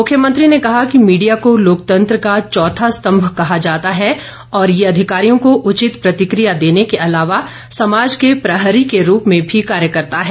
मुख्यमंत्री ने कहा कि मीडिया को लोकतंत्र का चौथा स्तम्भ कहा जाता है और ये अधिकारियों को उचित प्रतिक्रिया देने के अलावा समाज के प्रहरी के रूप में भी कार्य करता है